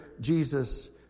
Jesus